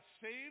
saved